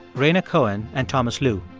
rhaina cohen and thomas lu.